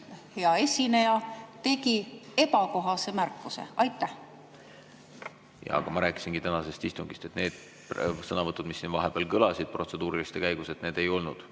hea esineja tegi ebakohase märkuse. Jaa, aga ma rääkisingi tänasest istungist. Need sõnavõtud, mis siin vahepeal kõlasid protseduuriliste käigus, need ei olnud